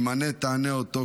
אם ענה תענה אתו,